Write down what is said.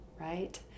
Right